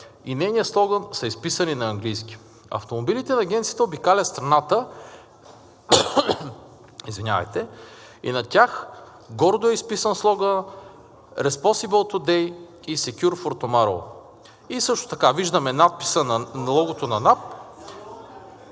и нейният слоган са изписани на английски. Автомобилите на Агенцията обикалят страната и на тях гордо е изписан слоганът Responsible today and secure for tomorrow, и също така виждаме надписа – логото на НАП.